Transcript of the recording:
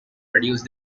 produced